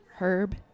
Herb